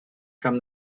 from